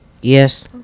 Yes